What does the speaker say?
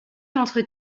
entre